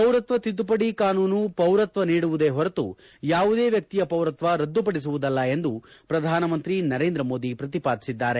ಪೌರತ್ವ ತಿದ್ದುಪಡಿ ಕಾನೂನು ಪೌರತ್ವ ನೀಡುವುದೇ ಹೊರತು ಯಾವುದೇ ವ್ಯಕ್ಷಿಯ ಪೌರತ್ವ ರದ್ದುಪಡಿಸುವುದಲ್ಲ ಎಂದು ಪ್ರಧಾನಮಂತ್ರಿ ನರೇಂದ್ರ ಮೋದಿ ಪ್ರತಿಪಾದಿಸಿದ್ದಾರೆ